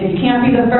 can't be